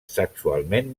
sexualment